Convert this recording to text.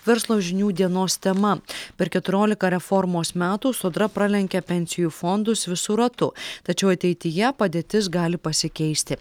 verslo žinių dienos tema per keturiolika reformos metų sodra pralenkė pensijų fondus visu ratu tačiau ateityje padėtis gali pasikeisti